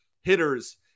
hitters